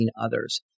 others